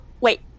wait